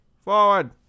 forward